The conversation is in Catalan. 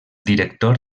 director